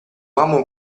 uomo